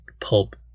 pulp